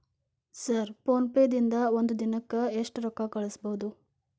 Sir PhonePe ದಿಂದ ಒಂದು ದಿನಕ್ಕೆ ಎಷ್ಟು ರೊಕ್ಕಾ ಕಳಿಸಬಹುದು?